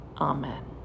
Amen